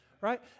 right